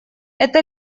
это